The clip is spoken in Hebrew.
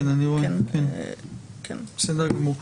כן, אני רואה, בסדר גמור.